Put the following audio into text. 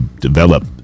develop